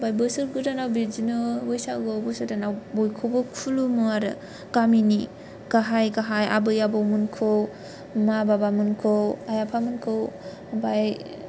बा बोसोर गोदानाव बिदिनो बैसागुवाव बयखौबो खुलुमो आरो गामिनि गाहाय गाहाय आबै आबौमोनखौ मा बाबा मोनखौ आइ आफामोनखौ आमफ्राय